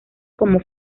como